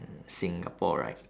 singapore right